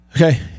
Okay